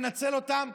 מנצל אותם,